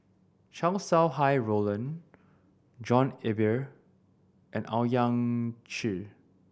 Chow Sau Hai Roland John Eber and Owyang Chi